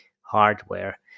hardware